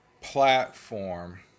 platform